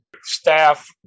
staff